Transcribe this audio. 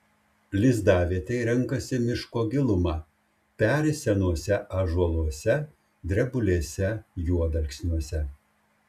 lizdavietei renkasi miško gilumą peri senuose ąžuoluose drebulėse juodalksniuose